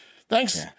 thanks